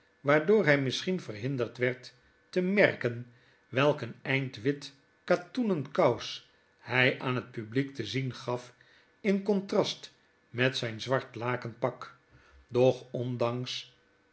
waardoor hy misscbien verhinderd werd te merken welk een eind wit katoenen kous hy aan het publiek te zien gaf in contrast met zynzwartlakenpak doch ondanks